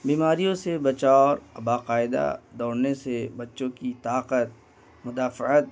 بیماریوں سے بچاؤ اور باقاعدہ دوڑنے سے بچوں کی طاقت مدافعت